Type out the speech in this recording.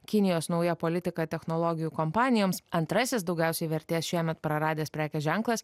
kinijos nauja politika technologijų kompanijoms antrasis daugiausiai vertės šiemet praradęs prekės ženklas